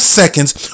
seconds